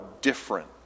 different